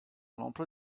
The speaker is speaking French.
l’emploi